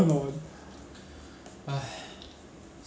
eh 我那些东西不见了 sian eh 还在 eh 还没有 clear 完 [one]